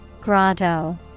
Grotto